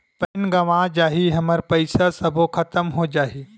Pan गंवा जाही हमर पईसा सबो खतम हो जाही?